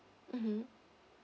mmhmm